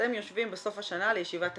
כשאתם יושבים בסוף השנה לישיבת תקציב,